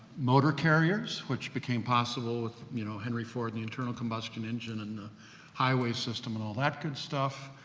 motor carriers, which became possible with you know, henry ford and the internal combustion engine, and the highway system and all that good stuff, ah,